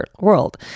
world